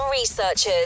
researchers